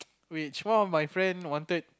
which one of my friend wanted